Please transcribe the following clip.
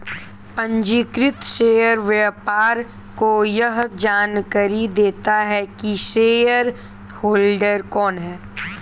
पंजीकृत शेयर व्यापार को यह जानकरी देता है की शेयरहोल्डर कौन है